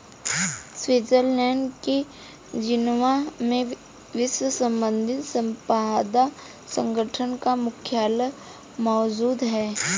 Switzerland के Geneva में विश्व बौद्धिक संपदा संगठन का मुख्यालय मौजूद है